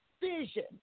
vision